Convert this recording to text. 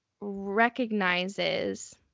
recognizes